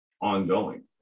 ongoing